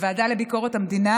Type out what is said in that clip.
בוועדה לביקורת המדינה,